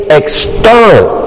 external